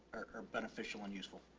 are beneficial and useful.